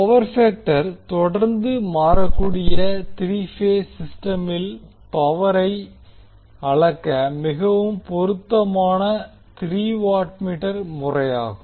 power factor தொடர்ந்து மாறக்கூடிய three phase சிஸ்டமில் பவரை அளக்க மிகவும் பொருத்தமான முறை த்ரீ வாட் மீட்டர் முறையாகும்